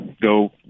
go